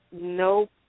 no